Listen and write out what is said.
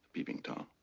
peeping tom.